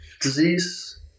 disease